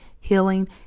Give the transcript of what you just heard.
healing